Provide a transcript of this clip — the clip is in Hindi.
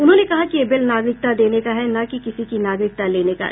उन्होंने कहा कि यह बिल नागरिकता देने का है न कि किसी की नागरिकता लेने का है